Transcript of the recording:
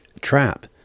trap